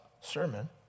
sermon